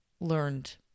learned